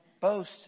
boast